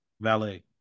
Valet